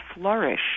flourish